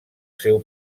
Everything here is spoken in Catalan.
seu